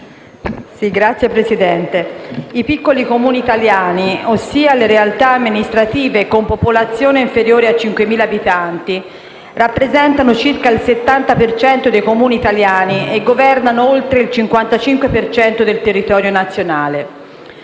Signor Presidente, i piccoli Comuni italiani, ossia le realtà amministrative con popolazione inferire a 5.000 abitanti, rappresentano circa il 70 per cento dei Comuni italiani e governano oltre il 55 per cento del territorio nazionale.